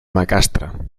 macastre